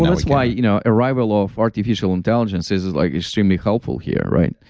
that's why you know arrival ah of artificial intelligence is is like extremely helpful here, right?